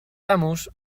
amos